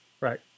Right